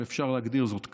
אם אפשר להגדיר זאת כך,